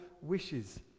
wishes